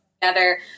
together